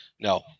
No